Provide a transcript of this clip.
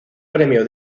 premio